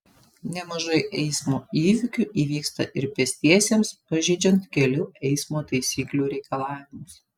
nemažai eismo įvykių įvyksta ir pėstiesiems pažeidžiant kelių eismo taisyklių reikalavimus